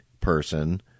person